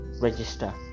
register